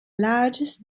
largest